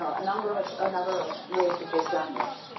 know, a number of ah number of ways that they've done this.